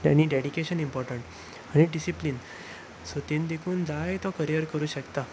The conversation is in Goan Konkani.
आनी डेडिकेशन इम्पोर्टंट आनी डिसिप्लीन सो तांणी देखून जायतो करियर करूं शकता